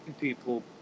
people